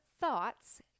thoughts